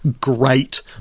great